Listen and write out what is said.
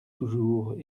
toujours